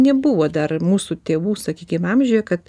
nebuvo dar mūsų tėvų sakykim amžiuje kad